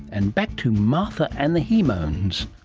and back to martha and the he-moans.